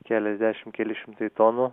keliasdešim keli šimtai tonų